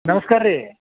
ನಮಸ್ಕಾರ ರೀ